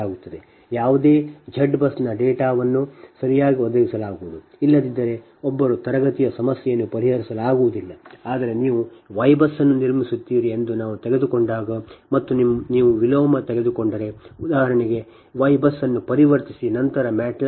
ಆದ್ದರಿಂದ ಯಾವುದೇ Z BUS ಡೇಟಾವನ್ನು ಸರಿಯಾಗಿ ಒದಗಿಸಲಾಗುವುದು ಇಲ್ಲದಿದ್ದರೆ ಒಬ್ಬರು ತರಗತಿಯಲ್ಲಿ ಸಮಸ್ಯೆಯನ್ನು ಪರಿಹರಿಸಲಾಗುವುದಿಲ್ಲ ಆದರೆ ನೀವು Y BUS ಅನ್ನು ನಿರ್ಮಿಸುತ್ತೀರಿ ಎಂದು ನಾವು ತೆಗೆದುಕೊಂಡಾಗ ಮತ್ತು ನೀವು ವಿಲೋಮ ತೆಗೆದುಕೊಂಡರೆ ಮತ್ತು ಉದಾಹರಣೆಗೆ ನೀವು Y BUS ಅನ್ನು ಪರಿವರ್ತಿಸಿ ನಂತರ matlabನಲ್ಲಿ ಮ್ಯಾಟ್ರಿಕ್ಸ್ 4 ರಿಂದ 4 ಆಗಿದೆ